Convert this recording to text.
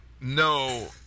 No